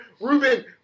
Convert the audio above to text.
ruben